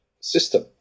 system